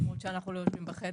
למרות שאנחנו לא יושבים בחדר.